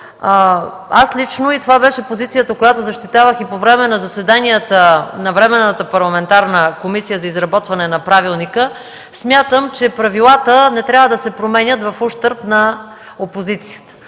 Аз лично – и това беше позицията, която защитавах по време на заседанията на Временната парламентарна комисия за изработване на правилника – смятам, че правилата не трябва да се приемат в ущърб на опозицията.